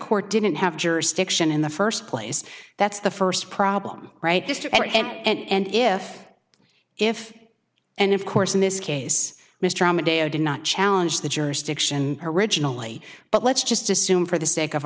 court didn't have jurisdiction in the first place that's the first problem right this debate and if if and of course in this case mr armadale did not challenge the jurisdiction originally but let's just assume for the sake of